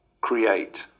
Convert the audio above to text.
create